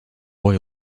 boy